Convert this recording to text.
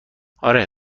آره